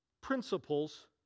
principles